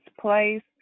place